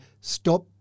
stop